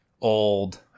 old